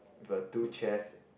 with a two chairs